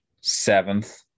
seventh